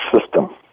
system